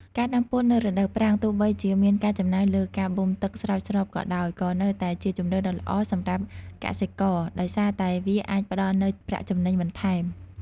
ការដាំពោតនៅរដូវប្រាំង ទោះបីជាមានការចំណាយលើការបូមទឹកស្រោចស្រពក៏ដោយ ក៏នៅតែជាជម្រើសដ៏ល្អសម្រាប់កសិករ ដោយសារតែវាអាចផ្តល់នូវ ប្រាក់ចំណេញបន្ថែម។